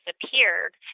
disappeared